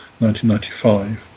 1995